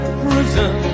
prison